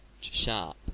sharp